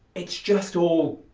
it's just all,